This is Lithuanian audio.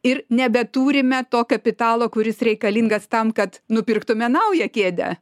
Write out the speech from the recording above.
ir nebeturime to kapitalo kuris reikalingas tam kad nupirktume naują kėdę